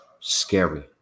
scary